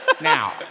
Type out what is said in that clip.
now